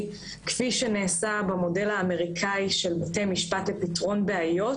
כפי שנעשה במודל האמריקאי של בתי משפט לפתרון בעיות,